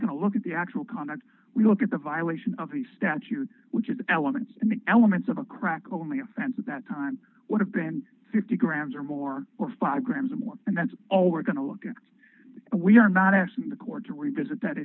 going to look at the actual conduct we look at the violation of the statute which is the elements and the elements of a crack only offense at that time would have been fifty grams or more or five grams or more and that's all we're going to look at and we are not asking the court to revisit that